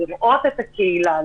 לראות את הקהילה,